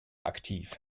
aktiv